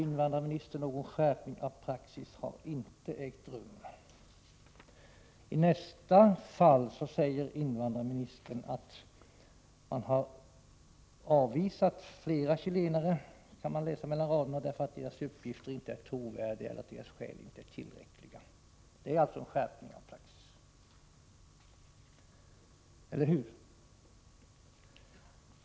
Invandrarministern säger där: ”Någon skärpning av praxis har inte ägt rum ———.” Men i nästa mening säger invandrarministern att man har avvisat fler chilenare — det kan man läsa mellan raderna — därför att deras uppgifter inte är trovärdiga eller därför att deras skäl inte är tillräckliga. Det är alltså en skärpning av praxis! Eller hur?